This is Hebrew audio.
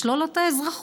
לשלול לו את האזרחות.